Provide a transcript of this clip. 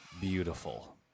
beautiful